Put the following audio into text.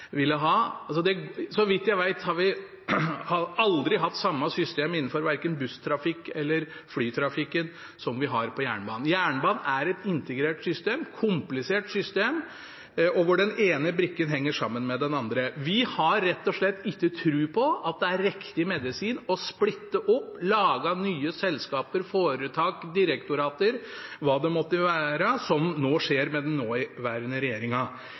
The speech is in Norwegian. ville ha. Så vidt jeg vet, har vi aldri hatt samme system innenfor verken busstrafikk eller flytrafikk som vi har for jernbanen. Jernbanen er et integrert system, et komplisert system, der den ene brikken henger sammen med den andre. Vi har rett og slett ikke tro på at det er riktig medisin å splitte opp, lage nye selskaper, foretak, direktorater og hva det måtte være, det som nå skjer under den nåværende regjeringa.